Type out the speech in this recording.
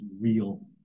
real